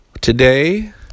today